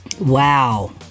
Wow